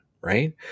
right